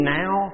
now